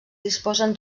disposen